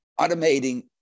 automating